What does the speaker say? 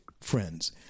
friends